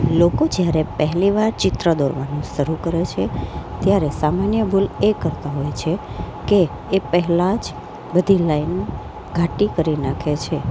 લોકો જ્યારે પહેલી વાર ચિત્ર દોરવાનું સરૂ કરે છે ત્યારે સામાન્ય ભૂલ એ કરતાં હોય છે કે એ પહેલાં જ બધી લાઈન ઘાટી કરી નાખે છે